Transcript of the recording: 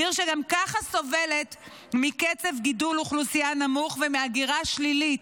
עיר שגם ככה סובלת מקצב גידול אוכלוסייה נמוך ומהגירה שלילית.